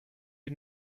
die